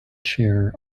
chair